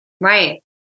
Right